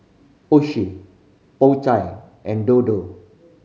Oishi Po Chai and Dodo